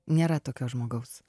nėra tokio žmogaus